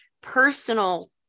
personal